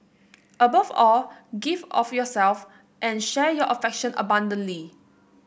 above all give of yourself and share your affection abundantly